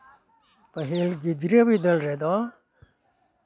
ᱯᱟᱹᱦᱤᱞ ᱜᱤᱫᱽᱨᱟᱹ ᱵᱤᱫᱟᱹᱞ ᱨᱮᱫᱚ